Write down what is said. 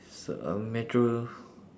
it's a metro